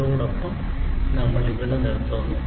ഇതോടൊപ്പം നമ്മൾ ഇവിടെ നിർത്തുന്നു